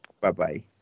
Bye-bye